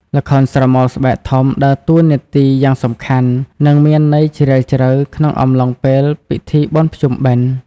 ល្ខោនស្រមោលស្បែកធំ ដើរតួនាទីយ៉ាងសំខាន់ និងមានន័យជ្រាលជ្រៅក្នុងអំឡុងពេល ពិធីបុណ្យភ្ជុំបិណ្ឌ។